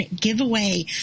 giveaway